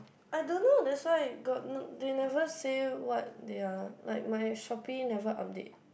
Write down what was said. I don't know that's why got n~ they never say what they are like my Shopee never update